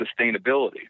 sustainability